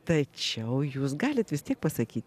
tačiau jūs galite vis tiek pasakyti